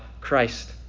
Christ